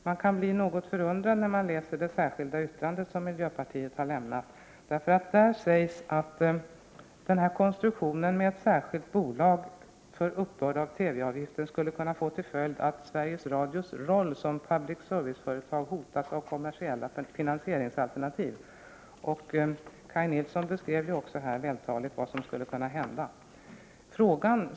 Man kan bli något förundrad om man läser det särskilda yttrande som miljöpartiet har fogat till betänkandet. Där sägs att konstruktionen med ett särskilt bolag för uppbörd av TV-avgifter skulle kunna få till följd att Sveriges Radios roll som public service-företag hotas av kommersiella finansieringsalternativ. Kaj Nilsson beskrev också här vältaligt vad som skulle kunna hända.